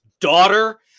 daughter